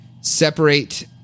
separate